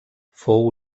fou